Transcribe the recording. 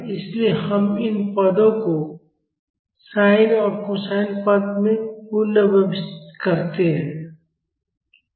इसलिए हम इन पद को sin और कोसाइन पद में पुनर्व्यवस्थित करते हैं